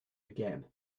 again